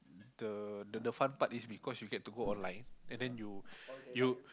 the the the fun part is because you get to go online and then you you